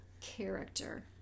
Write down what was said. character